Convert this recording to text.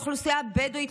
האוכלוסייה הבדואית,